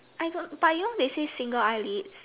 I got but you know they say single eyelid